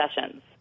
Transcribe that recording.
sessions